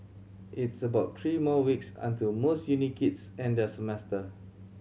it's about three more weeks until most uni kids end their semester